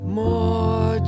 more